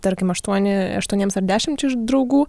tarkim aštuoni aštuoniems ar dešimtčiai draugų